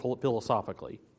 philosophically